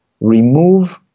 remove